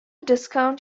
discount